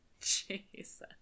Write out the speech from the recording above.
jesus